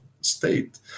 state